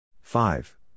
five